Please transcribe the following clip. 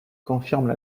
confirme